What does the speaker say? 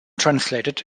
translated